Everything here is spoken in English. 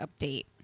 update